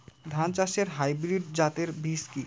ধান চাষের হাইব্রিড জাতের বীজ কি?